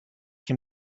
can